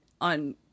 on